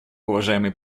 уважаемый